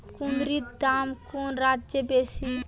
কুঁদরীর দাম কোন রাজ্যে বেশি?